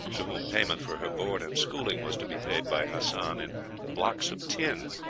to whom payment for her board and schooling was to be paid by hassan in blocks of tin,